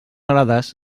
alades